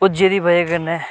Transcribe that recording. पुज्जे दी बजह कन्नै